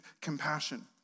compassion